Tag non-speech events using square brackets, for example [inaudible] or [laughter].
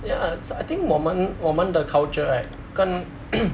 ya I think 我们我们的 culture right 跟 [coughs]